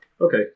Okay